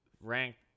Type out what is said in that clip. ranked